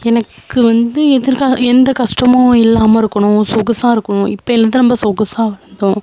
எனக்கு வந்து எதிர்கால எந்த கஷ்டமும் இல்லாமல் இருக்கணும் சொகுசாக இருக்கணும் இப்பயிலேந்து நம்ம சொகுசாக வளர்ந்தோம்